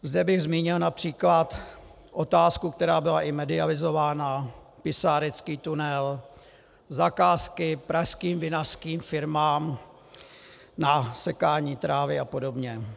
Zde bych zmínil například otázku, která byla i medializována Pisárecký tunel, zakázky pražským vinařským firmám na sekání trávy apod.